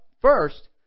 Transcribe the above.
First